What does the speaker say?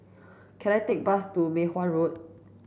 can I take a bus to Mei Hwan Road